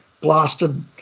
blasted